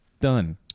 Done